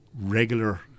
regular